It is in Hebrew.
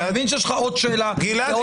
אני מבין שיש לך עוד שאלה ועוד שאלה -- גלעד,